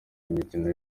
imikino